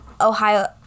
Ohio